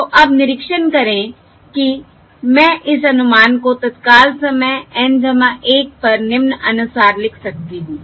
तो अब निरीक्षण करें कि मैं इस अनुमान को तत्काल समय N 1 पर निम्नानुसार लिख सकती हूं